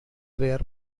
were